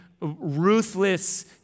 ruthless